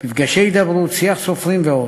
מפגשי תרבות, שיח סופרים ועוד.